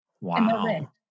Wow